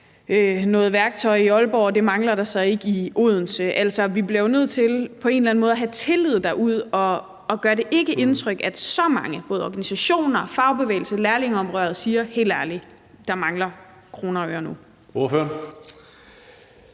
noget værktøj i Aalborg, og at det mangler der så ikke i Odense. Altså, vi bliver jo nødt til på en eller anden måde at have tillid til dem derude. Og gør det ikke indtryk, at så mange – både organisationer, fagbevægelse og lærlingeoprøret – siger: Helt ærligt, der mangler kroner og øre nu?